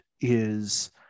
is-